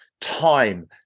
Time